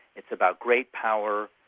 it's about great power,